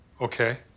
Okay